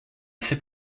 fais